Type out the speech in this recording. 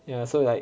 yeah so like